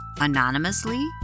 anonymously